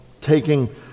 taking